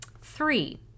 Three